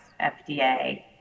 FDA